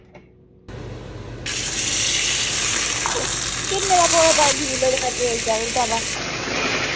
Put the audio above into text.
तां किन्ने दा पौना केक चॉकलेट आह्ला